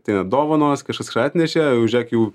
tai yra dovanos kažkas kažką atnešė žiūrėk jau